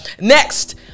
Next